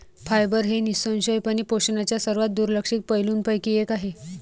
fibre हे निःसंशयपणे पोषणाच्या सर्वात दुर्लक्षित पैलूंपैकी एक आहे